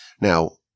Now